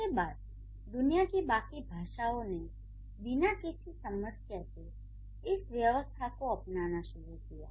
इसके बाद दुनिया की बाकी भाषाओं ने बिना किसी समस्या के इस व्यवस्था को अपनाना शुरू कर दिया